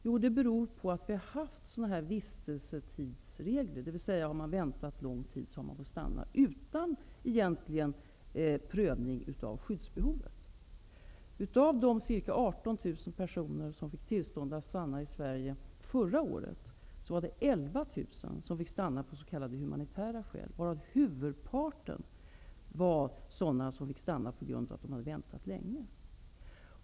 Jo, det beror på att det har funnits vistelsetidsregler, dvs. om de har fått vänta lång tid har de fått stanna utan egentlig prövning av skyddsbehovet. Av de ca 18 000 personer som fick tillstånd att stanna i Sverige förra året fick 11 000 stanna av humanitära skäl. Huvudparten av dem fick stanna på grund av att de hade väntat länge.